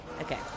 Okay